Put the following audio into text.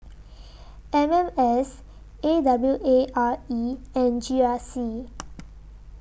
M M S A W A R E and G R C